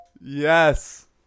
Yes